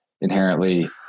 inherently